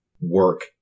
work